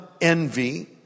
envy